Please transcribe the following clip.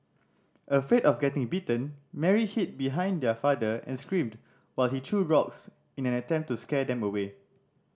afraid of getting bitten Mary hid behind their father and screamed while he threw rocks in an attempt to scare them away